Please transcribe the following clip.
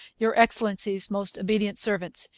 your excellency's most obedient servants,